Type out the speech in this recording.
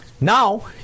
Now